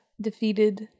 defeated